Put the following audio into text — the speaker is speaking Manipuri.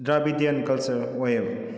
ꯗ꯭ꯔꯥꯕꯤꯗꯤꯌꯥꯟ ꯀꯜꯆꯔ ꯑꯣꯏꯌꯦꯕ